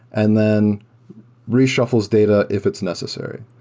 and then re-shuffles data if it's necessary.